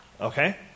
Okay